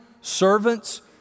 servants